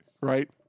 right